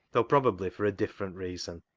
though probably for a different reason,